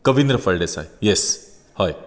कविंद्र फळदेसाय एस हय